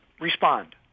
respond